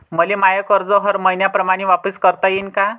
मले माय कर्ज हर मईन्याप्रमाणं वापिस करता येईन का?